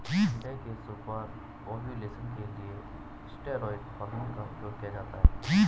अंडे के super ovulation के लिए स्टेरॉयड हार्मोन का उपयोग किया जाता है